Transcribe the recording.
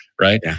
right